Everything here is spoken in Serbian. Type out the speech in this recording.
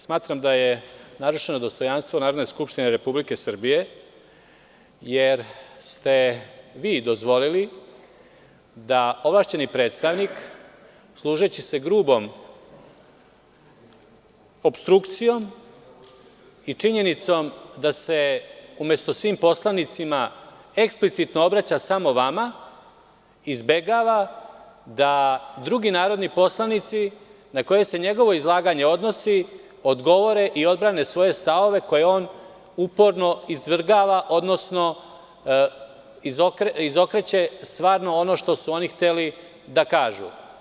Smatram da je narušeno dostojanstvo Narodna skupština Republike Srbije jer ste vi dozvolili da ovlašćeni predstavnik služeći se grubom opstrukcijom i činjenicom da se umesto svim poslanicima eksplicitno obraća samo vama, izbegava da drugi narodni poslanici na koje se njegovo izlaganje odnosi odgovore i odbrane svoje stavove koje on uporno izvrgava, odnosno izokreće stvarno ono što su oni hteli da kažu.